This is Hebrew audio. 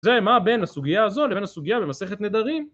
זה מה בין הסוגיה הזו לבין הסוגיה במסכת נדרים